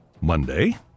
Monday